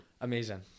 Amazing